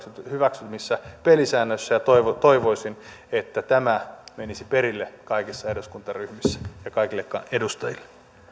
hyväksymissä pelisäännöissä ja toivoisin että tämä menisi perille kaikissa eduskuntaryhmissä ja kaikille edustajille